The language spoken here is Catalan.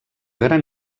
gran